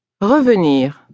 Revenir